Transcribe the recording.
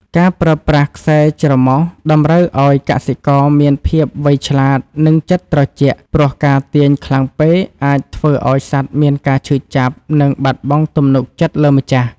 ការប្រើប្រាស់ខ្សែច្រមុះតម្រូវឱ្យកសិករមានភាពវៃឆ្លាត និងចិត្តត្រជាក់ ព្រោះការទាញខ្លាំងពេកអាចធ្វើឱ្យសត្វមានការឈឺចាប់ និងបាត់បង់ទំនុកចិត្តលើម្ចាស់។